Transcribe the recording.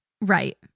Right